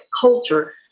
culture